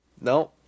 No